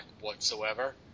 whatsoever